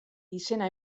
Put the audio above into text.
izena